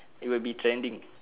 it would be trending